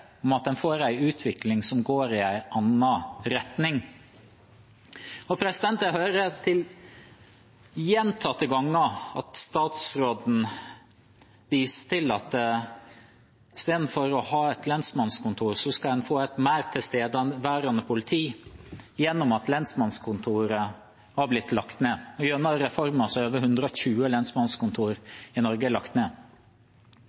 om at en får en utvikling som går i en annen retning. Jeg hører gjentatte ganger statsråden vise til at istedenfor å ha et lensmannskontor, skal en få et mer tilstedeværende politi gjennom at lensmannskontoret har blitt lagt ned. Gjennom reformen er over 120